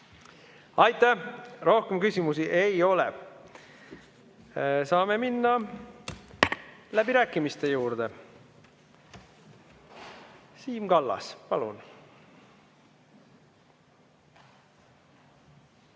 Aitäh! Rohkem küsimusi ei ole. Saame minna läbirääkimiste juurde. Siim Kallas, palun!